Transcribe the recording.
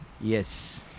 Yes